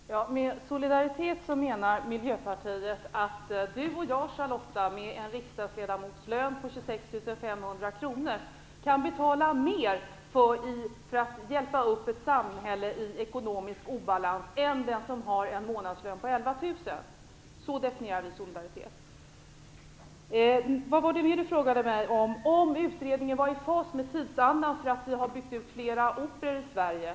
Herr talman! Med solidaritet menar vi i Miljöpartiet att Charlotta L Bjälkebring och jag med en riksdagsledamotslön på 26 500 kr kan betala mer för att hjälpa upp ett samhälle i ekonomisk obalans än den som har en månadslön på 11 000 kr. Så definierar vi solidaritet. Charlotta Bjälkebring frågade mig om utredningen var i fas med tidsandan genom att det har byggts flera operor i Sverige.